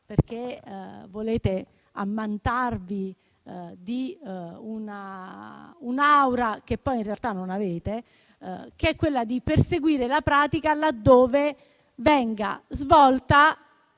perché volete ammantarvi di un'aura che poi, in realtà, non avete. L'obiettivo è quello di perseguire la pratica laddove venga svolta